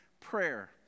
prayer